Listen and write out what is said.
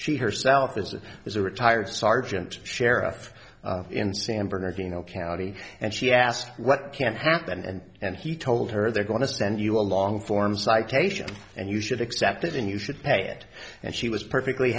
she herself is a is a retired sergeant sheriff in san bernardino county and she asked what can happen and and he told her they're going to send you a long form citation and you should accept it and you should pay it and she was perfectly